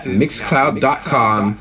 mixcloud.com